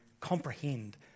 comprehend